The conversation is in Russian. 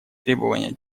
требования